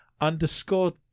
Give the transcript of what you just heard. underscore